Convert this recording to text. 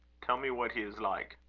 tell me what he is like.